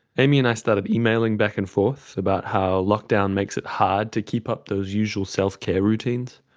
amy and i started emailing back and forth about how lockdown makes it hard to keep up those usual self-care routines.